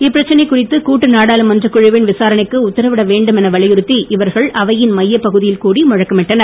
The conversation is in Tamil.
இப்பிரச்சனை குறித்து கூட்டு நாடாளுமன்றக் குழுவின் விசாரணைக்கு உத்தரவிட வேண்டும் என வலியுறுத்தி இவர்கள் அவையின் மையப் பகுதியில் கூடி முழக்கம் இட்டனர்